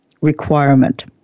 requirement